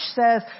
says